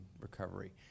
recovery